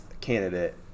candidate